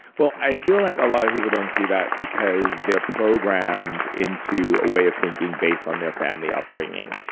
well, i feel like a lot of people don't see that because they're programmed into a way of thinking based on their family upbringing.